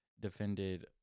defended